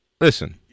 Listen